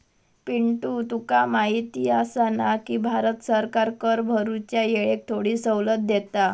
पिंटू तुका माहिती आसा ना, की भारत सरकार कर भरूच्या येळेक थोडी सवलत देता